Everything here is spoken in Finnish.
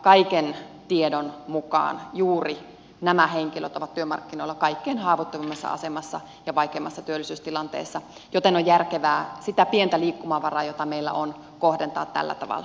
kaiken tiedon mukaan juuri nämä henkilöt ovat työmarkkinoilla kaikkein haavoittuvimmassa asemassa ja vaikeimmassa työllisyystilanteessa joten on järkevää sitä pientä liikkumavaraa jota meillä on kohdentaa tällä tavalla